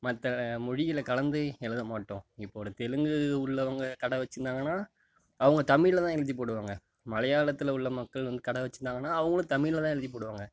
மற்ற மொழிகளை கலந்து எழுத மாட்டோம் இப்போது ஒரு தெலுங்கு உள்ளவங்க கடை வச்சுருந்தாங்கனா அவங்க தமிழில் தான் எழுதி போடுவாங்க மலையாளத்தில் உள்ள மக்கள் வந்து கடை வச்சுருந்தாங்கனா அவங்குளும் தமிழில் தான் எழுதி போடுவாங்க